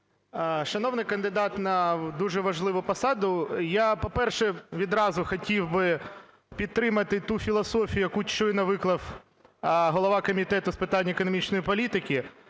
Шановний кандидат на дуже важливу посаду, я, по-перше, відразу хотів би підтримати ту філософію, яку щойно виклав голова Комітету з питань економічної політики,